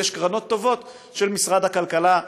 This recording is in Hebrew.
ויש קרנות טובות של משרד הכלכלה,